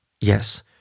Yes